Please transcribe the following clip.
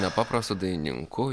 nepaprastu dainininku